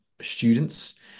students